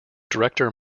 director